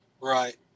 Right